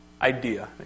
Idea